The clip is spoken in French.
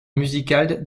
musical